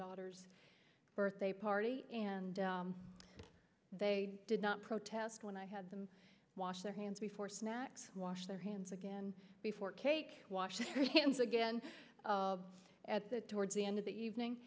daughter's birthday party and they did not protest when i had them wash their hands before snacks wash their hands again before cake wash your hands again at the towards the end of the evening